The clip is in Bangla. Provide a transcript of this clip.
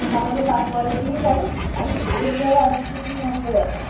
তাহলে তার পরের দিনই চলো আর তো আর কিছুদিনই মাত্র বাকি